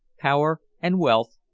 power, and wealth,